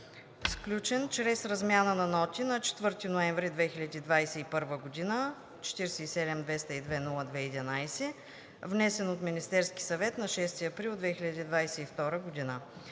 сключено чрез размяна на ноти на 4 ноември 2021 г., № 47-202-02-11, внесен от Министерски съвет на 6 април 2022 г.